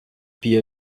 bier